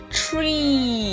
tree